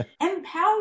Empower